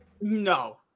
No